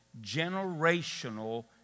generational